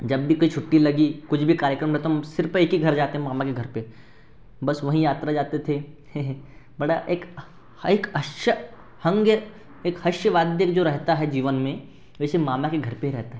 जब भी कोई छुट्टी लगी कुछ भी कार्यक्रम रहता हम सिर्फ़ एक ही घर जाते हैं मामा के घर पर बस वहीं यात्रा जाते थे बड़ा एक हाईक जो रहता है जीवन में वैसे मामा के घर पे रहता है